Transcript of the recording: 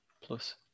plus